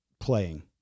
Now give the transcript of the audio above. Playing